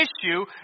issue